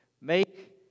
Make